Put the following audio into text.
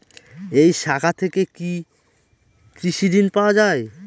এই শাখা থেকে কি কৃষি ঋণ পাওয়া যায়?